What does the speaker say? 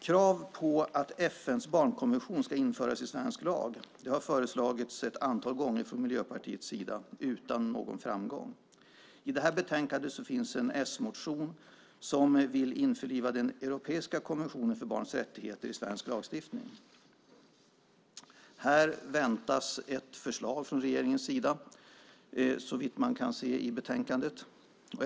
Krav på att FN:s barnkonvention ska införas i svensk lag har föreslagits ett antal gånger från Miljöpartiets sida, utan någon framgång. I detta betänkande behandlas en s-motion där man vill införliva den europeiska konventionen om barnets rättigheter i svensk lagstiftning. Här väntas ett förslag från regeringens sida, såvitt man kan se i betänkandet.